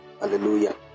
hallelujah